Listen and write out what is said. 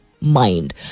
mind